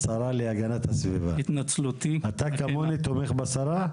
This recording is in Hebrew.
להגנת הסביבה, אתה כמוני תומך בשרה?